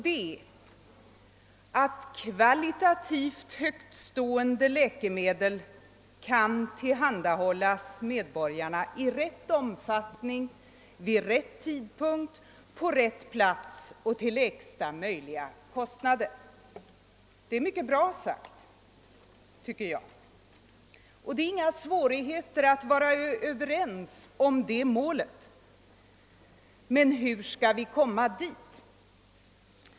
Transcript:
Den är att kvalitativt högtstående läkemedel skall kunna tillhandahållas medborgarna i rätt omfattning, vid rätt tidpunkt, på rätt plats och till lägsta möjliga kostnader. Det är mycket bra sagt, tycker jag, och det är inte svårt för oss att vara överens om det målet. Men hur skall vi komma dit?